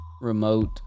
remote